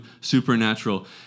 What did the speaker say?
supernatural